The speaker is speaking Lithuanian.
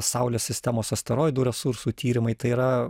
saulės sistemos asteroidų resursų tyrimai tai yra